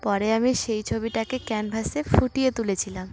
পরে আমি সেই ছবিটাকে ক্যানভাসে ফুটিয়ে তুলেছিলাম